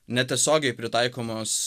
netiesiogiai pritaikomos